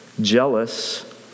jealous